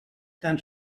tant